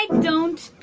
like don't